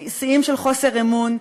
שיאים של חוסר אמון.